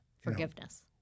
forgiveness